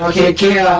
um k a k